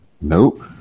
Nope